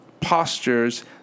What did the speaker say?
postures